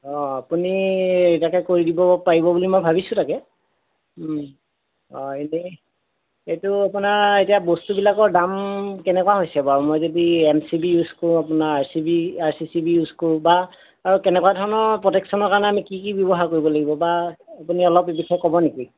অঁ আপুনি তাকে কৰি দিব পাৰিব বুলি মই ভাবিছোঁ তাকেই অঁ এনেই এইটো আপোনাৰ এতিয়া বস্তুবিলাকৰ দাম কেনেকুৱা হৈছে বাৰু মই যদি এম চি বি ইউজ কৰোঁ আপোনাৰ R C B R C C B use কৰোঁ বা আৰু কেনেকুৱা ধৰণৰ প্ৰটেকশ্যনৰ কাৰণে আমি কি কি ব্যৱহাৰ কৰিব লাগিব বা আপুনি অলপ এই বিষয়ে ক'ব নেকি